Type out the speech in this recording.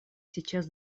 сейчас